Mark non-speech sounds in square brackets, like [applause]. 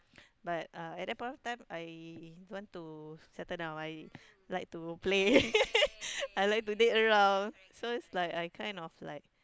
but uh at that point of time I don't want to settle down I like to play [laughs] I like to date around so it's like I kind of like